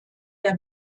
der